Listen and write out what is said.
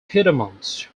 piedmont